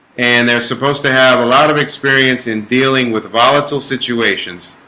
and they're supposed to have a lot of experience in dealing with volatile situations